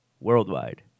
Worldwide